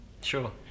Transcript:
Sure